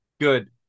Good